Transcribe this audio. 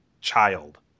child